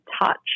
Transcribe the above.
touch